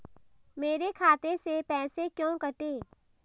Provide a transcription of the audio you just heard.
मेरे खाते से पैसे क्यों कटे?